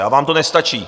A vám to nestačí.